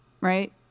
Right